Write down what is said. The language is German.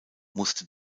musste